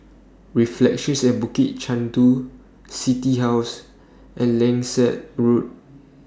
Reflections At Bukit Chandu City House and Langsat Road